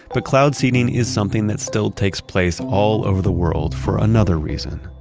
but cloud seeding is something that still takes place all over the world for another reason,